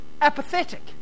apathetic